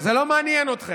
זה לא מעניין אתכם.